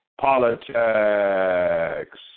politics